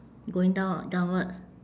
going down ah downwards